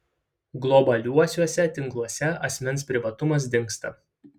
globaliuosiuose tinkluose asmens privatumas dingsta